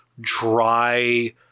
dry